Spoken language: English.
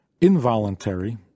involuntary